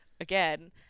again